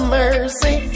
mercy